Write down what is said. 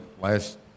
last